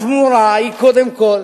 התמורה היא קודם כול